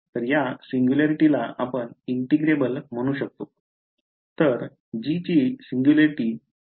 तर या सिंग्युलॅरिटीला आपण इंटिग्रेबल म्हणू शकतोतर तर g ची सिंग्युलॅरिटी एकात्मिक इंटिग्रेबल आहे